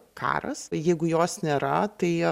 karas jeigu jos nėra tai